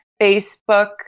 Facebook